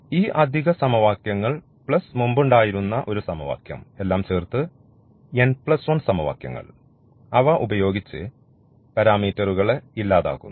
ഈ അധിക n സമവാക്യങ്ങൾ പ്ലസ് മുമ്പുണ്ടായിരുന്ന ഒരു സമവാക്യം എല്ലാം ചേർത്ത് n1 സമവാക്യങ്ങൾ അവ ഉപയോഗിച്ച് പരാമീറ്ററുകളെ ഇല്ലാതാക്കുന്നു